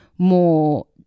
more